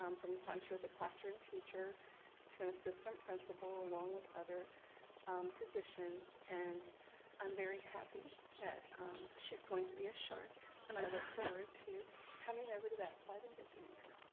um from the time she was a classroom teacher to an assistant principal, along with other positions, and i'm very happy that she's going to be a shark, and i look forward to coming over to that side and visiting her.